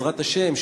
בעזרת השם,